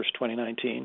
2019